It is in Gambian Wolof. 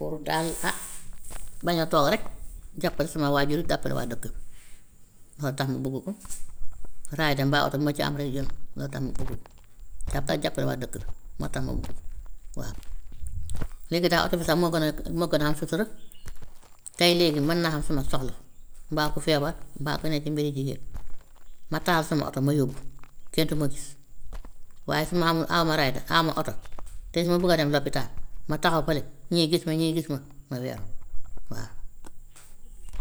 Kooku daal a bañ a toog rek, jàppale sama waajur yi, jàppale waa dëkk bi looloo tax ma bugg ko. Rider mbaa oto bu ma ci am rek jël loolu tamit buggul, jàppal jàppale waa dëkk bi moo tax ma bugg ko waa. Léegi daal oto bi sax moo gën a moo gën a am sutura, tey léegi mën naa am sama soxla mbaa ku feebar, mbaa ku ne ci mbiri jigéen ma taal sama oto ma yóbbu kenn du ma gis, waaye su ma amul awma rider, awma oto tey su ma buggee dem lópitaal ma taxaw fële ñii gis ma ñii gis ma ma weeru waa.